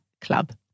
Club